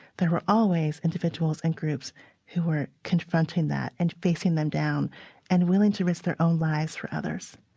there were always individuals and groups who were confronting that and facing them down and willing to risk their own lives for others.